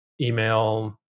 email